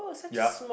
yup